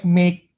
make